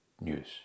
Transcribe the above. news